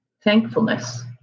thankfulness